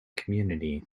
community